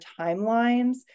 timelines